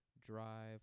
Drive